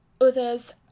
Others